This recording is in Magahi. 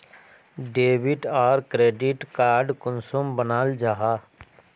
डेबिट आर क्रेडिट कार्ड कुंसम बनाल जाहा?